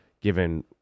given